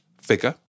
figure